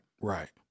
Right